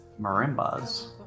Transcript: Marimbas